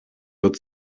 wird